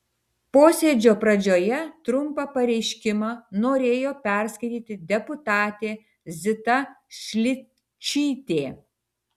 posėdžio pradžioje trumpą pareiškimą norėjo perskaityti deputatė zita šličytė